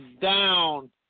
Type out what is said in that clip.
down